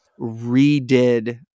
redid